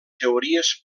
teories